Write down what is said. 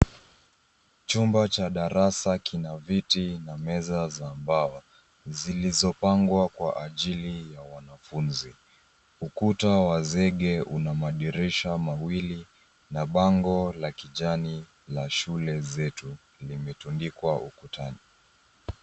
Chumba cha darasa kina viti na meza za mbao. Zilizopangwa kwa ajili ya wanafunzi, ukuta wa zege una madirisha mawili na bango la kijani la shule zetu limetundikwa ukutani.